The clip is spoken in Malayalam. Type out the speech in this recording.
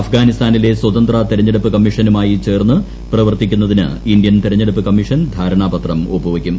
അഫ്ഗാനിസ്ഥാനിലെ സ്വതന്ത്ര തിരഞ്ഞെടുപ്പ് കമ്മിഷനുമായി ചേർന്ന് പ്രവർത്തിക്കുന്നതിന് ഇന്ത്യൻ തിരഞ്ഞെടുപ്പ് കമ്മിഷൻ ധാരണാപത്രം ഒപ്പുവയ്ക്കും